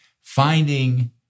Finding